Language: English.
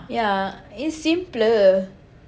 yeah it's simpler